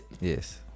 Yes